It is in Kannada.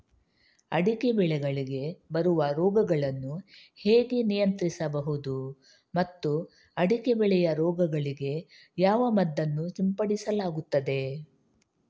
ಅಡಿಕೆ ಬೆಳೆಗಳಿಗೆ ಬರುವ ರೋಗಗಳನ್ನು ಹೇಗೆ ನಿಯಂತ್ರಿಸಬಹುದು ಮತ್ತು ಅಡಿಕೆ ಬೆಳೆಯ ರೋಗಗಳಿಗೆ ಯಾವ ಮದ್ದನ್ನು ಸಿಂಪಡಿಸಲಾಗುತ್ತದೆ?